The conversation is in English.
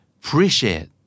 appreciate